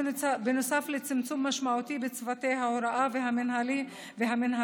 בנוסף לצמצום משמעותי בצוותי ההוראה והמינהלה,